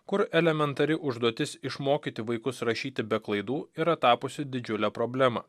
kur elementari užduotis išmokyti vaikus rašyti be klaidų yra tapusi didžiule problema